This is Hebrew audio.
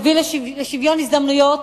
ותביא לשוויון הזדמנויות,